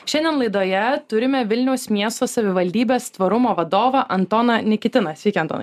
šiandien laidoje turime vilniaus miesto savivaldybės tvarumo vadovą antoną nikitiną sveiki antonai